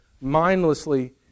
mindlessly